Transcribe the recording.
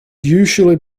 usually